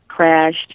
crashed